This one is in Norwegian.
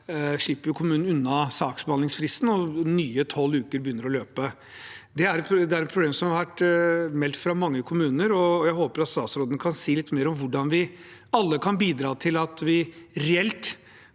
slipper kommunen unna saksbehandlingsfristen, og nye tolv uker begynner å løpe. Dette er et problem som har vært meldt fra mange kommuner, og jeg håper at statsråden kan si litt mer om hvordan vi alle kan bidra til at vi reelt